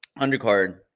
undercard